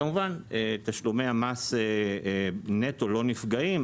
כמובן שתשלומי המס נטו לא נפגעים,